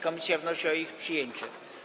Komisja wnosi o ich przyjęcie.